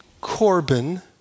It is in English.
Corbin